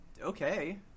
okay